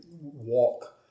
walk